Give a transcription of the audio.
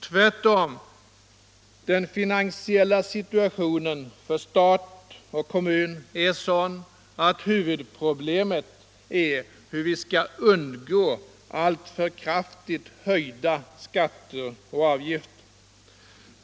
Tvärtom är den finansiella situationen för stat och kommun sådan att huvudproblemet är hur vi skall undgå att alltför kraftigt höja skatter och avgifter.